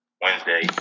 Wednesday